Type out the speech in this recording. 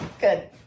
Good